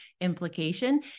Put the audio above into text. implication